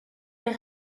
des